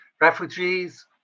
refugees